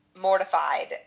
mortified